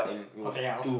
hotel